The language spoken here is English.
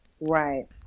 right